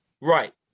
Right